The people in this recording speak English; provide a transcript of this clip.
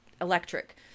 electric